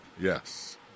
Yes